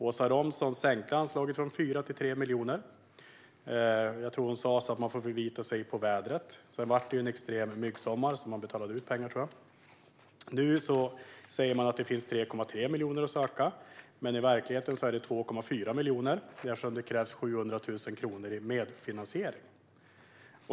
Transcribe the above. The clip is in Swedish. Åsa Romson sänkte anslaget från 4 till 3 miljoner. Jag tror hon sa att man får förlita sig på vädret. Sedan blev det en extrem myggsommar, och jag tror att man betalade ut pengar. Nu sägs det att det finns 3,3 miljoner att söka, men i verkligheten är det 2,4 miljoner eftersom det krävs 900 000 kronor i medfinansiering.